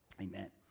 Amen